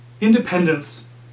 independence